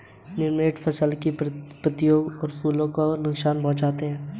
nematode फसल की पत्तियों फलों और फूलों को नुकसान पहुंचाते हैं